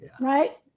Right